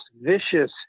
vicious